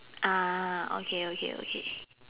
ah okay okay okay